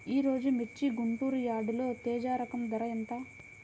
ఈరోజు మిర్చి గుంటూరు యార్డులో తేజ రకం ధర ఎంత?